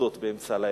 במסעדות באמצע הלילה,